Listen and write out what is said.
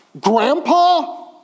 Grandpa